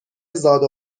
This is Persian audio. زاد